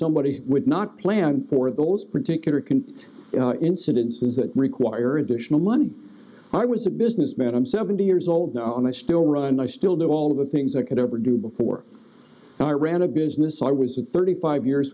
somebody would not plan for those particular can incidences that require additional money and i was a businessman i'm seventy years old now and i still run and i still do all of the things i could ever do before i ran a business i was thirty five years